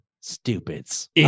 stupids